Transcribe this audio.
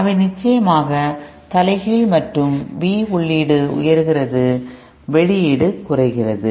அவை நிச்சயமாக தலைகீழ் மற்றும் V உள்ளீடு உயர்கிறது வெளியீடு குறைகிறது